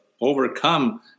Overcome